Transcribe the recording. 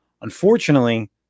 Unfortunately